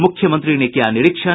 मुख्यमंत्री ने किया निरीक्षण